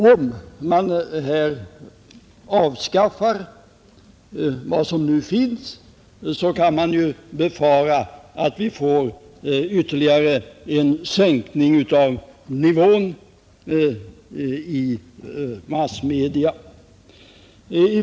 Om vi avskaffar de bestämmelser som nu finns, kan man ju befara ytterligare sänkning av nivån i massmedia.